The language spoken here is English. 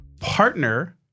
partner